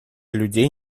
людей